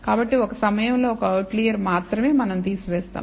కాబట్టి ఒక సమయంలో ఒక ఔట్లియర్ మాత్రమే మనం తీసివేస్తాము